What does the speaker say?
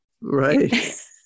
Right